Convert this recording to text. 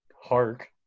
Hark